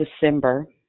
December